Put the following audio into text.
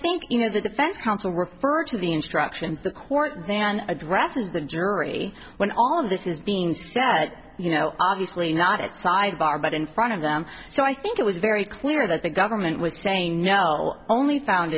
think you know the defense counsel referred to the instructions the court then addresses the jury when all of this is being said you know obviously not at sidebar but in front of them so i think it was very clear that the government was saying no only found